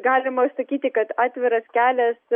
galima sakyti kad atviras kelias